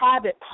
private